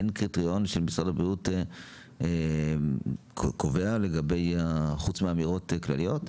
אין קריטריון שמשרד הבריאות קובע חוץ מאמירות כלליות?